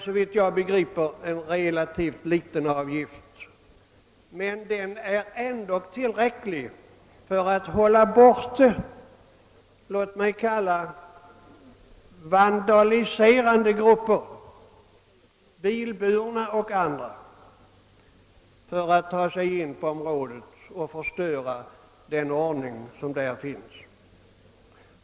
Såvitt jag begriper rör det sig om en relativt liten avgift, men den är ändå tillräcklig för att hålla bilburna och andra vandaliserande grupper borta från området, så att de inte förstör den ordning som där finns.